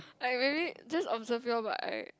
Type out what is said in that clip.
like maybe just observe y'all but I